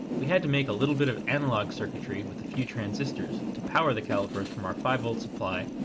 we had to make a little bit of analog circuitry with a few transistors to power the calipers from our five volt supply,